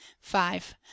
five